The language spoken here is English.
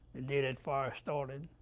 the day that fire started.